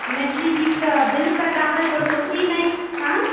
मैथिली गीतकऽ दिलसऽ गाबै लेऽ पड़तौ ई नै अएँऽऽऽ